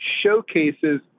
showcases